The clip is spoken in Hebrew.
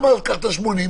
למה לקחת 80?